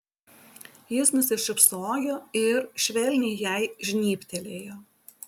jis nusišypsojo ir švelniai jai žnybtelėjo